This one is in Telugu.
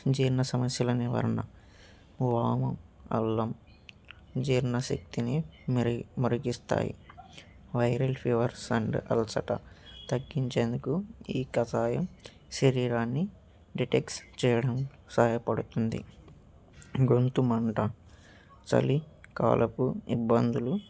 జీర్ణ సమస్యల నివారణ వాము అల్లం జీర్ణ శక్తిని మెరి మెరుగుపరుస్తాయి వైరల్ ఫీవర్స్ అండ్ అల్సట తగ్గించేందుకు ఈ కషాయం శరీరాన్ని డిటాక్స్ చేయడంలో సహయపడుతుంది గొంతు మంట చలి కాలపు ఇబ్బందులు